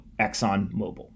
ExxonMobil